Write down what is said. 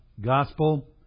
Gospel